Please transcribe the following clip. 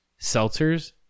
Seltzers